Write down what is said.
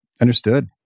Understood